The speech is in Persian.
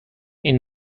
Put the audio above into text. این